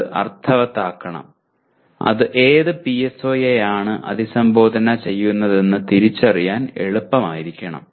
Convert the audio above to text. അത് അർത്ഥവത്താകണം അത് ഏത് PSO യെയാണ് അഭിസംബോധന ചെയ്യുന്നതെന്ന് തിരിച്ചറിയാൻ എളുപ്പമായിരിക്കണം